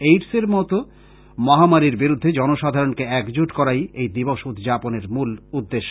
AIDS এর মতো মহামারীর বিরুদ্ধে জনসাধারণকে একজোট করাই এই দিবস উদযাপনের মূল উদ্দেশ্য